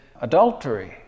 adultery